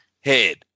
head